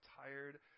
tired